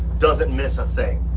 doesn't miss a thing.